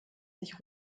sich